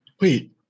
wait